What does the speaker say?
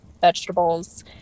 vegetables